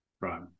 right